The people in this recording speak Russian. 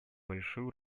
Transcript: большую